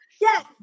Yes